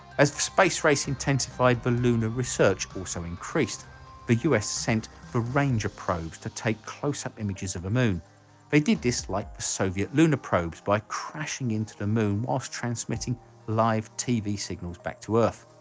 as the space race intensified the lunar research also increased the u s. sent the ranger probes to take close-up images of a moon they did this like the soviet lunar probes by crashing into the moon whilst transmitting live tv signals back to earth.